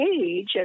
age